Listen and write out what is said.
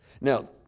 Now